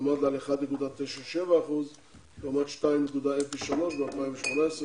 עמד על 1.97% לעומת 2.03% ב-2018,